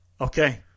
Okay